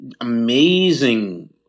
amazing